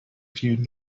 view